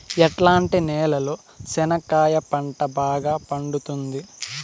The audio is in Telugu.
ఎట్లాంటి నేలలో చెనక్కాయ పంట బాగా పండుతుంది?